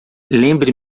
lembre